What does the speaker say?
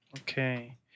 Okay